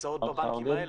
נמצאות בבנקים האלה,